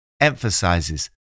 emphasizes